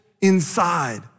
inside